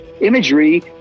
imagery